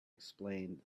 explained